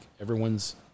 everyone's